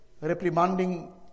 reprimanding